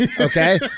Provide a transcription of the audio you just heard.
okay